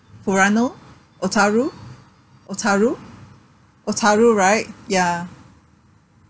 furano otaru otaru otaru right ya